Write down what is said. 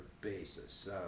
basis